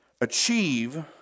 achieve